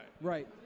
Right